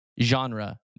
Genre